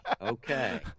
Okay